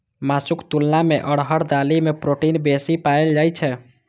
मासुक तुलना मे अरहर दालि मे प्रोटीन बेसी पाएल जाइ छै